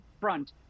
front